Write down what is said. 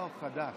(קוראת בשמות חברי הכנסת)